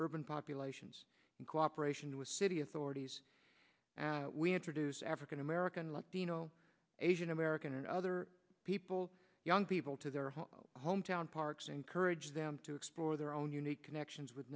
urban populations in cooperation with city authorities we introduce african american latino asian american and other people young people to their hometown parks encourage them to explore their own unique connections with